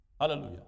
Hallelujah